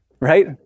Right